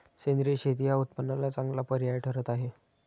सेंद्रिय शेती हा उत्पन्नाला चांगला पर्याय ठरत आहे